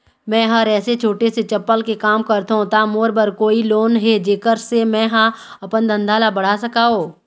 मैं हर ऐसे छोटे से चप्पल के काम करथों ता मोर बर कोई लोन हे जेकर से मैं हा अपन धंधा ला बढ़ा सकाओ?